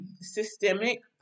systemic